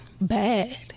Bad